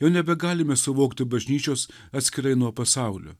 jau nebegalime suvokti bažnyčios atskirai nuo pasaulio